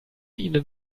ihnen